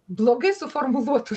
blogai suformuluotų